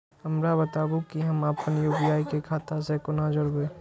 हमरा बताबु की हम आपन यू.पी.आई के खाता से कोना जोरबै?